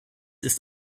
ist